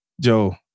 Joe